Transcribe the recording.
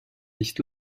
nicht